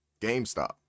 GameStop